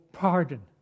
pardon